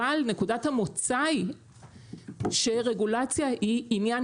אבל נקודת המוצא היא שרגולציה היא עניין